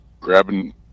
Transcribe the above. grabbing